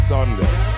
Sunday